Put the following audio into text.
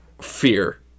fear